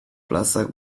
plazak